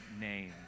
name